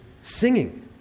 singing